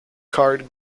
card